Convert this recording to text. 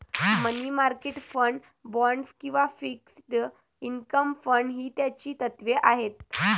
मनी market fund, bonds किंवा fixed income fund ही त्याची तत्त्वे आहेत